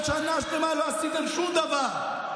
שנה שלמה לא עשיתן שום דבר,